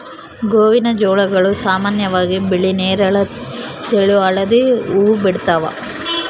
ಗೋವಿನಜೋಳಗಳು ಸಾಮಾನ್ಯವಾಗಿ ಬಿಳಿ ನೇರಳ ತೆಳು ಹಳದಿ ಹೂವು ಬಿಡ್ತವ